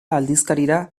aldizkarira